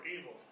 evil